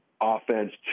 offense